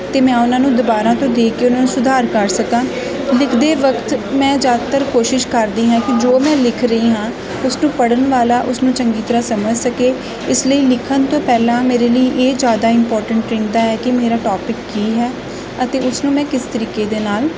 ਅਤੇ ਮੈਂ ਉਹਨਾਂ ਨੂੰ ਦੁਬਾਰਾ ਤੋਂ ਦੇਖ ਕੇ ਉਹਨਾਂ ਨੂੰ ਸੁਧਾਰ ਕਰ ਸਕਾਂ ਲਿਖਦੇ ਵਕਤ ਮੈਂ ਜ਼ਿਆਦਾਤਰ ਕੋਸ਼ਿਸ਼ ਕਰਦੀ ਹਾਂ ਕਿ ਜੋ ਮੈਂ ਲਿਖ ਰਹੀ ਹਾਂ ਉਸ ਨੂੰ ਪੜ੍ਹਨ ਵਾਲਾ ਉਸ ਨੂੰ ਚੰਗੀ ਤਰ੍ਹਾਂ ਸਮਝ ਸਕੇ ਇਸ ਲਈ ਲਿਖਣ ਤੋਂ ਪਹਿਲਾਂ ਮੇਰੇ ਲਈ ਇਹ ਜ਼ਿਆਦਾ ਇੰਪੋਰਟੈਂਟ ਰਹਿੰਦਾ ਹੈ ਕਿ ਮੇਰਾ ਟੋਪਿਕ ਕੀ ਹੈ ਅਤੇ ਉਸਨੂੰ ਮੈਂ ਕਿਸ ਤਰੀਕੇ ਦੇ ਨਾਲ